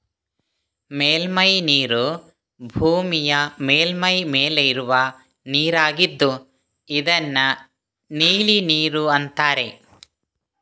ಮೇಲ್ಮೈ ನೀರು ಭೂಮಿಯ ಮೇಲ್ಮೈ ಮೇಲೆ ಇರುವ ನೀರಾಗಿದ್ದು ಇದನ್ನ ನೀಲಿ ನೀರು ಅಂತಾರೆ